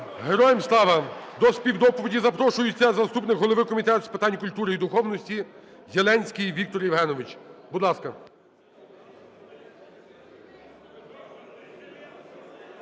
Героям слава! До співдоповіді запрошується заступник голови Комітету з питань культури і духовності Єленський Віктор Євгенович, будь ласка.